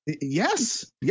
Yes